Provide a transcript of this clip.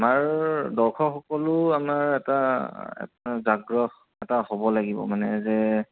আমাৰ দৰ্শকসকলো আমাৰ এটা আগ্ৰহ এটা হ'ব লাগিব মানে যে